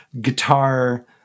guitar